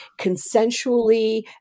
consensually